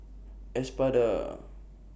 Espada